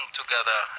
together